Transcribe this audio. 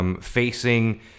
facing